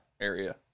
area